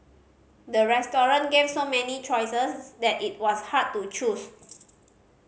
the restaurant gave so many choices that it was hard to choose